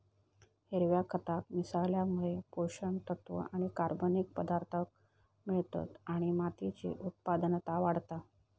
हिरव्या खताक मिसळल्यामुळे पोषक तत्त्व आणि कर्बनिक पदार्थांक मिळतत आणि मातीची उत्पादनता वाढता